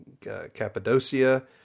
Cappadocia